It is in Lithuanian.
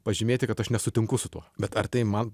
pažymėti kad aš nesutinku su tuo bet ar tai man